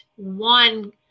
One